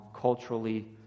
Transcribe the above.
culturally